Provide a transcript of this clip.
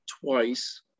twice